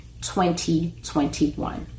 2021